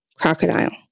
Crocodile